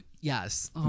Yes